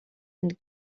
and